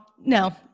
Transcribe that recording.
no